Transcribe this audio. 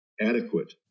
adequate